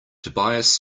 tobias